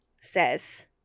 says